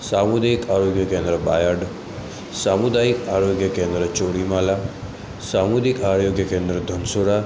સામુદાયિક આરોગ્ય કેન્દ્ર બાયડ સામુદાયિક આરોગ્ય કેન્દ્ર ચોરીમાલા સામુદાયિક આરોગ્ય કેન્દ્ર ધનસુરા